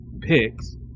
picks